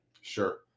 Sure